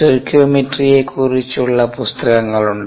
stoichiometry യെക്കുറിച്ചുള്ള പുസ്തകങ്ങളുണ്ട്